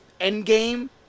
Endgame